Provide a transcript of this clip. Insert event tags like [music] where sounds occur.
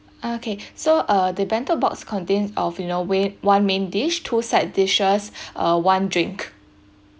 okay [breath] so uh the bento box contain of you know way~ one main dish two side dishes [breath] uh one drink